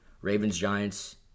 Ravens-Giants